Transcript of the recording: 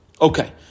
Okay